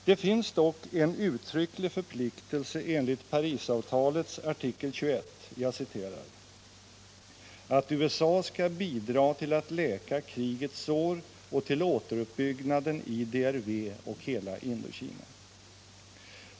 Det finns dock en uttrycklig förpliktelse enligt Parisavtalets artikel 21 ”att USA skall bidra till att läka krigets sår och till återuppbyggnaden i DRV och hela Indokina”.